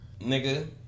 Nigga